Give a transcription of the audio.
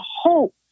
hope